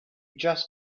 just